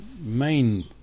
main